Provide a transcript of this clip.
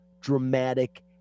dramatic